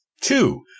Two